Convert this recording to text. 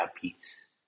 peace